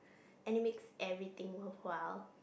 and it makes everything worthwhile